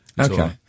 Okay